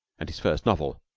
and his first novel,